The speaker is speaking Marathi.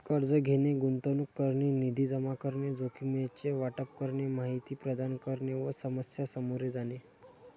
कर्ज घेणे, गुंतवणूक करणे, निधी जमा करणे, जोखमीचे वाटप करणे, माहिती प्रदान करणे व समस्या सामोरे जाणे